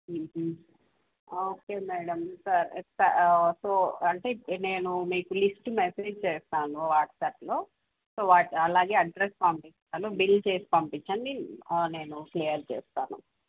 okay madam స స so అంటే నేను మీకు లిస్ట్ మెసేజ్ చేస్తాను వాట్సాప్లో సో అ అలాగే అడ్రస్ పంపిస్తాను బిల్ చేసి పంపించండి నేను క్లియర్ చేస్తాను